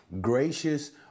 gracious